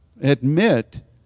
admit